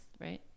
right